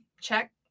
Check